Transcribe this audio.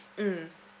mmhmm